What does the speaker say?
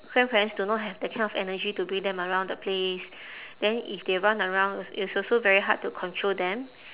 grandparents do not have that kind energy to bring them around the place then if they run around als~ it's also very hard to control them